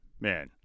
man